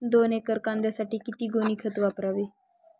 दोन एकर कांद्यासाठी किती गोणी खत वापरावे?